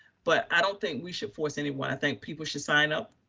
but i don't think we should force anyone. i think people should sign up.